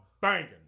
banging